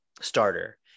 starter